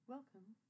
Welcome